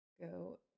go